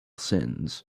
sins